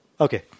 Okay